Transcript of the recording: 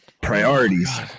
Priorities